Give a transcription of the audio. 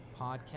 podcast